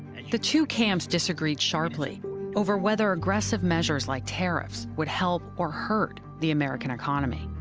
the two camps disagreed sharply over whether aggressive measures like tariffs would help or hurt the american economy.